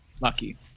lucky